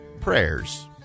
prayers